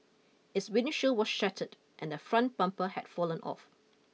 its windshield were shattered and the front bumper had fallen off